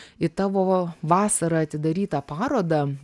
į tavo vasarą atidarytą parodą